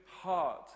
heart